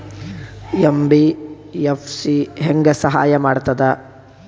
MBFC ಹೆಂಗ್ ಸಹಾಯ ಮಾಡ್ತದ?